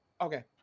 Okay